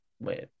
Wait